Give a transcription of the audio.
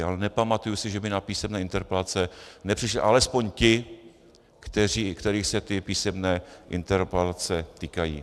Ale nepamatuji si, že by na písemné interpelace nepřišli alespoň ti, kterých se ty písemné interpelace týkají.